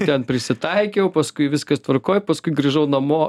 ten prisitaikiau paskui viskas tvarkoj paskui grįžau namo